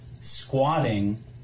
squatting